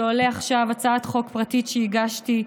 שעולה עכשיו, הצעת חוק פרטית שהגשתי.